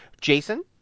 Jason